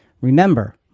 Remember